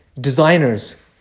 Designers